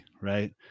Right